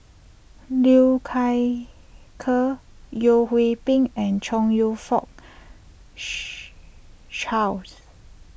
Liu Kai Ker Yeo Hwee Bin and Chong You Fook Charles